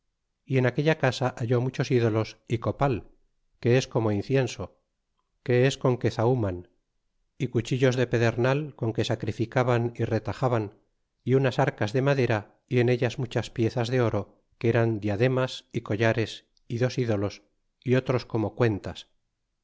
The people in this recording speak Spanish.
y en aquella casa hallé muchos ídolos y copal que es como incienso que es con que zahuman y cuchillos de pedernal con que sacrificaban y retajaban y unas arcas de madera y en ellas muchas piezas de oro que eran diademas y collares y dos ídolos y otros como cuentas